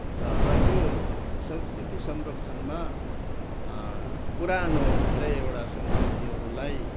हुन्छ र यो संस्कृति संरक्षणमा पुरानो धेरैवटा संस्कृतिहरूलाई